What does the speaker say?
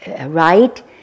right